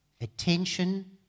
attention